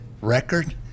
record